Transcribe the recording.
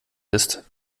ist